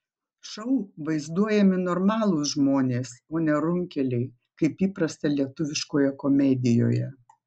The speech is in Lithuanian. šou vaizduojami normalūs žmonės o ne runkeliai kaip įprasta lietuviškoje komedijoje